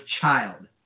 child